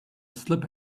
slip